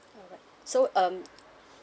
alright so um